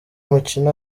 mukino